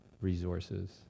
resources